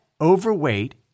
overweight